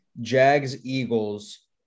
Jags-Eagles